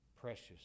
precious